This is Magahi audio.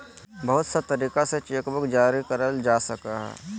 बहुत सा तरीका से चेकबुक जारी करल जा सको हय